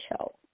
show